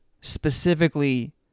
specifically